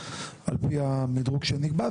על פי המדרוג שנקבע,